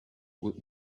would